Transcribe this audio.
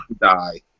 die